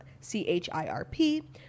c-h-i-r-p